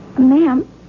Ma'am